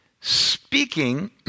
speaking